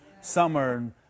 summer